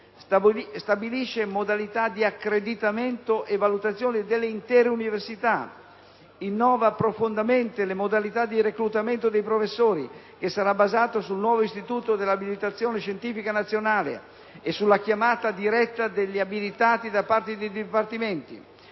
Stabilisce modalità di accreditamento e valutazione delle intere università. Innova profondamente le modalità di reclutamento dei professori, che saranno basate sul nuovo istituto dell'abilitazione scientifica nazionale (e sulla chiamata diretta degli abilitati da parte dei dipartimenti).